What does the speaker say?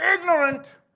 ignorant